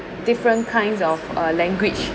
different kinds of language